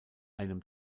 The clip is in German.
einem